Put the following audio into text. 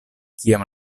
kiam